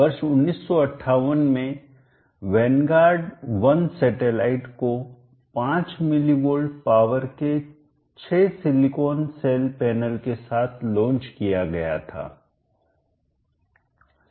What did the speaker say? वर्ष 1958 में Vanguard 1 satellite उपग्रह को 5 मिली वोल्ट पावर शक्ति के 6 सिलिकॉन सेल पैनल के साथ लॉन्च आकाश में भेजना किया गया था